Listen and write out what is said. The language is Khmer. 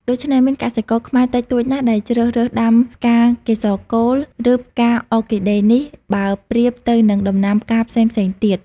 ដូច្នេះមានកសិករខ្មែរតិចតួចណាស់ ដែលជ្រើសរើសដាំផ្កាកេសរកូល ឬ ផ្កាអ័រគីដេនេះ បើប្រៀបទៅនឹងដំណាំផ្កាផ្សេងៗទៀត។